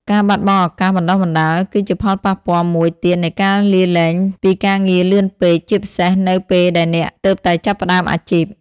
ការបាត់បង់ឱកាសបណ្ដុះបណ្ដាល គឺជាផលប៉ះពាល់មួយទៀតនៃការលាលែងពីការងារលឿនពេក ជាពិសេសនៅពេលដែលអ្នកទើបតែចាប់ផ្ដើមអាជីព។